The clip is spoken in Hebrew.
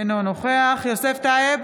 אינו נוכח יוסף טייב,